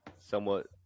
somewhat